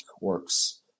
works